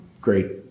great